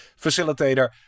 facilitator